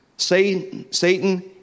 Satan